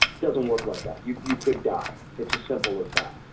doesn't work like that, you you could die. it's as simple as that.